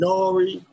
Nori